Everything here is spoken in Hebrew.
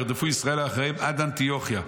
וירדפו ישראל אחריהם עד אנטוכיה,